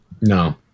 No